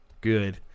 Good